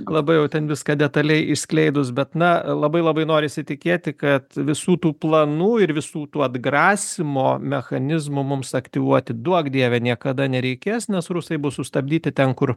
labai jau ten viską detaliai išskleidus bet na labai labai norisi tikėti kad visų tų planų ir visų tų atgrasymo mechanizmu mums aktyvuoti duok dieve niekada nereikės nes rusai bus sustabdyti ten kur